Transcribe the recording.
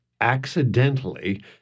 accidentally